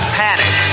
panic